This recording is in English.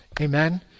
Amen